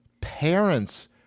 parents